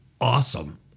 awesome